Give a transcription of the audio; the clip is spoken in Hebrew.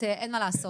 זה מה שגדי אמר.